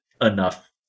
enough